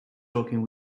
talking